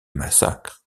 massacres